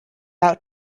out